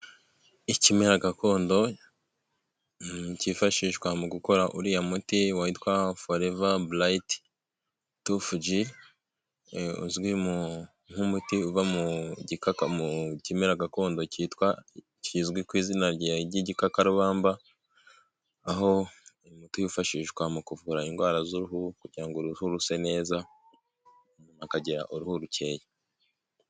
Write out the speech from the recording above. Ikimera gakondo kifashishwa mu gukora uriya muti witwa foreva burayiti tufuji uzwi nk'umuti uva mu gikaka mu kimera gakondo cyitwa kizwi ku izina ry'igikakarubamba, aho umuti wifashishwa mu kuvura indwara z'uruhu kugira uruhu ruse neza umuntu akagera uruhu rukeya.